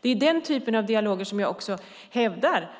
Det är den typen av dialog som jag hävdar